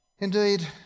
Indeed